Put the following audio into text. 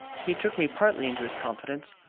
he took me partly into his confidence.